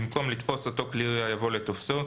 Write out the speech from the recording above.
במקום "לתפוס אותו כלי ירייה" יבוא "לתופסו"